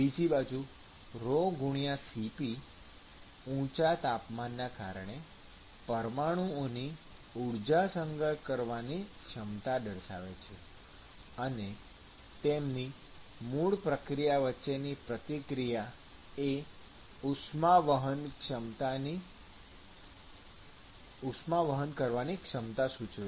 બીજી બાજુ ρC p ઊંચા તાપમાનના કારણે પરમાણુઓની ઉષ્મા સંગ્રહિત કરવાની ક્ષમતા દર્શાવે છે અને તેમની વચ્ચેની ક્રિયાપ્રતિક્રિયા એ ઉષ્મા વહન કરવાની ક્ષમતા સૂચવે છે